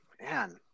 man